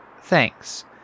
thanks